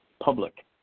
public